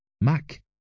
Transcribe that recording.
Mac